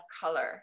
color